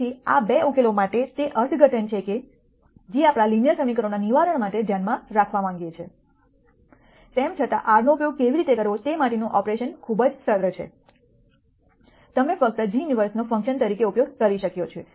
તેથી આ 2 ઉકેલો માટે તે અર્થઘટન છે કે જે આપણે લિનિયર સમીકરણોના નિવારણ માટે ધ્યાનમાં રાખવા માગીએ છીએ તેમ છતાં R નો ઉપયોગ કેવી રીતે કરવો તે માટેનું ઓપરેશનકરણ ખૂબ જ સરળ છે તમે ફક્ત g ઇન્વર્સનો ફંકશન તરીકે ઉપયોગ કરો છો